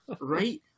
right